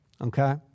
Okay